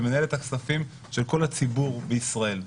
ומנהל את הכספים של כל הציבור בישראל.